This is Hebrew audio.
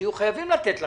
יהיו חייבים לתת לכם.